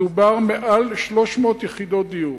מדובר בלמעלה מ-300 יחידות דיור,